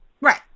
right